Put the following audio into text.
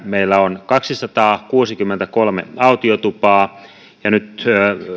meillä on kaksisataakuusikymmentäkolme autiotupaa ja nyt